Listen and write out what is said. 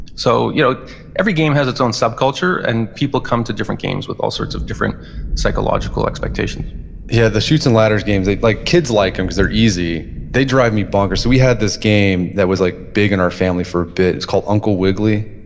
so you know every game has its own sub-culture, and people come to different games with all sorts of different psychological expectations yeah, the chutes and ladders games, like kids like them cause they're easy. they drive me bonkers. we had this game that was like big in and our family for a bit. it's called uncle wiggily.